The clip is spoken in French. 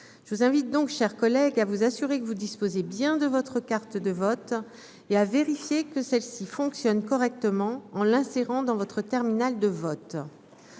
Je vous invite donc à vous assurer que vous disposez bien de votre carte de vote et à vérifier que celle-ci fonctionne correctement en l'insérant dans votre terminal de vote.